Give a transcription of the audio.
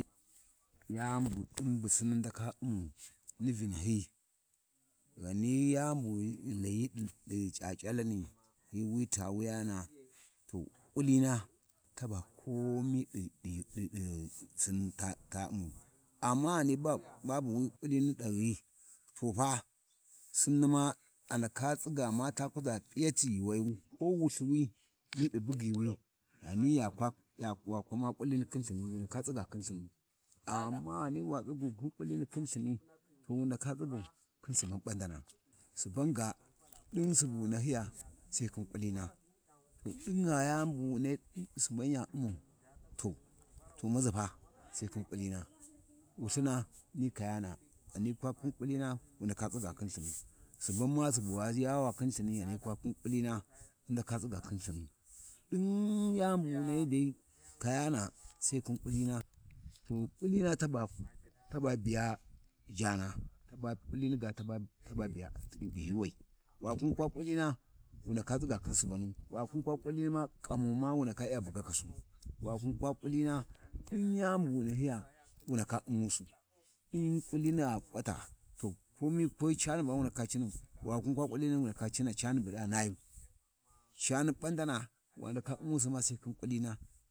﻿Yani bud’in gha Sinni ndaka Umma, ɗi Vinahyi, ghani yani bu ghi Layi ɗi C’aC’alani hyi wi ta wuyana, to kulina taba komi Sinni ta ummau to amma ghani ba wi ƙulhini ɗahyi, tofa Sinni ma a ndaka tsiga ta kuʒa p’iyatu yuuwayu, ko Wulthuwi niɗi bughiwi, ghani ya kwa, wa ku Umma kullini khin Lthini, wu ndaka tsiga khin Lhunu, amma wa tsugyu khin kulini khin Lthini, to wu naka tsiga khin subau, mɓandana, Subanga ɗin subu wu nahyiya Sai khin kulina, to ɗingha yani bu wu nei Suban ya U’mma to to maʒipa Sai khin ƙulina, Wulthina ni kayana, ghana lawa idin ƙulina, Wulthina ni kayana, ghana lawa khin ƙulina, wu ndaka tsiga khin lthinu, Subanma subu wa yawa khin Lthini, ghani kwa di kuchina, hyin ndaka tsigu khiu Lthinu, ɗin yani bu wu nahyi dai kayana Sai khin ƙulina, to ƙulina tab-taba biya jana taba ƙulini ga taba biya arʒkin ɗi yuuwai, wa kwa khin ƙulina, wu ndaka tsiga khin Subanu, wake, p’a ƙulinima ƙamu ma'wu ndaka lya bugakasu, wa kwa khin ƙulina ɗin yani buwi nahyiya, wu ndaka U’mmusu ɗin kulini a p’ala, to komi ko cani ba wu ndaka cinau, wa kwa khin ƙulini wu ndaka cina canu bu ɗaba nayu, cani mbandana wa ndaka U’mmusi ma Sai khin ƙulina.